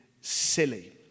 silly